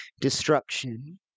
destruction